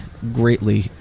greatly